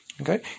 okay